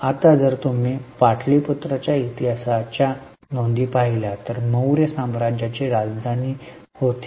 आता जर तुम्ही पाटलिपुत्रांच्या इतिहासाच्या नोंदी पाहिल्या तर मौर्य साम्राज्याची राजधानी होती